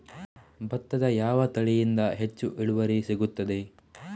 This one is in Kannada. ಭತ್ತದ ಯಾವ ತಳಿಯಿಂದ ಹೆಚ್ಚು ಇಳುವರಿ ಸಿಗುತ್ತದೆ?